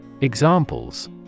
Examples